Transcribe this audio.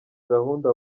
gahunda